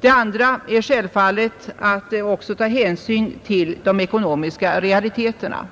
Det andra är självfallet att också ta hänsyn till de ekonomiska realiteterna.